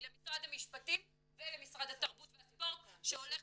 היא למשרד המשפטים ולמשרד התרבות והספורט שהולך